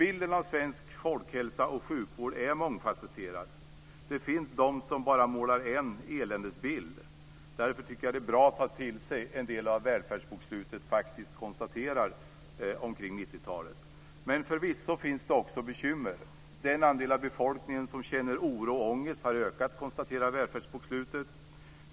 Bilden av svensk folkhälsa och sjukvård är mångfasetterad. Det finns de som bara målar upp en eländesbild. Därför tycker jag att det är bra att ta till sig en del av det som välfärdsbokslutet konstaterar kring Men förvisso finns det också bekymmer. Den andel av befolkningen som känner oro och ångest har ökat, konstateras i välfärdsbokslutet.